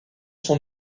son